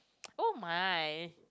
oh mine